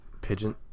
pigeon